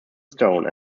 stone